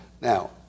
Now